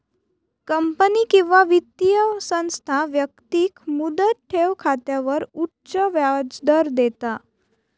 company किंवा वित्तीय संस्था व्यक्तिक मुदत ठेव खात्यावर उच्च व्याजदर देता